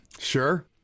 Sure